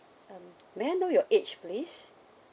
um may I know your age please